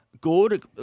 good